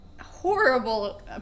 horrible